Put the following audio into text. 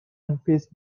unfazed